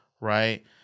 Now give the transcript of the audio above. right